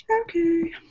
Okay